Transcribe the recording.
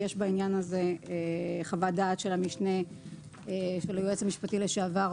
כי יש בעניין הזה חוות דעת של המשנה של היועץ המשפטי לשעבר,